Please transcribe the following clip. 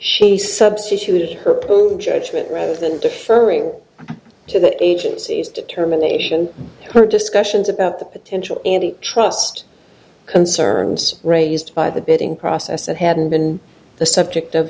she substituted her post in judgment rather than deferring to the agency's determination her discussions about the potential anti trust concerns raised by the bidding process that hadn't been the subject of